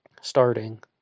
starting